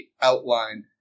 outline